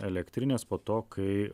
elektrinės po to kai